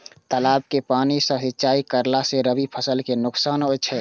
तालाब के पानी सँ सिंचाई करला स रबि फसल के नुकसान अछि?